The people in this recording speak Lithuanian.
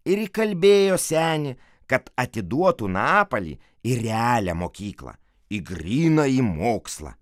ir įkalbėjo senį kad atiduotų napalį į realią mokyklą į grynąjį mokslą